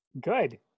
Good